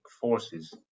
forces